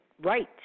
right